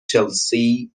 chelsea